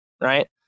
right